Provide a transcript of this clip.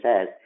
says